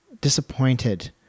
disappointed